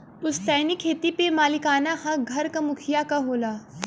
पुस्तैनी खेत पे मालिकाना हक घर क मुखिया क होला